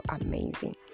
amazing